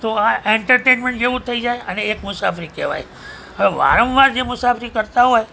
તો આ એન્ટરટેઇનમેન્ટ જેવું થઈ જાય અને એક મુસાફરી કહેવાય હવે વારંવાર જે મુસાફરી કરતા હોય